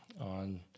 on